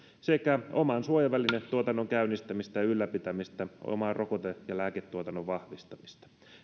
sekä oman suojavälinetuotannon käynnistämistä ja ylläpitämistä ja oman rokote ja lääketuotannon vahvistamista